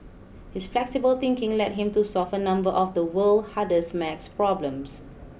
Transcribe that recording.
his flexible thinking led him to solve a number of the world's hardest math problems